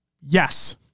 Yes